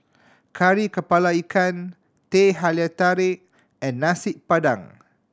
Kari Kepala Ikan Teh Halia Tarik and Nasi Padang